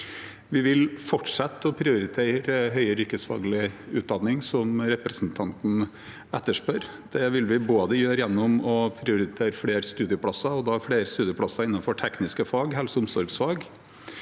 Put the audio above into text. Vi vil fortsette med å prioritere høyere yrkesfaglig utdanning, som representanten etterspør. Det vil vi gjøre gjennom å prioritere flere studieplasser, og da flere studieplasser innenfor tekniske fag og helse- og omsorgsfag.